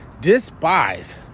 despise